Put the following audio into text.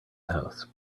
house